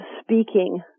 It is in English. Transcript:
speaking